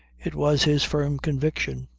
it was his firm conviction.